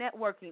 networking